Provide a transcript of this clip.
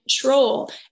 control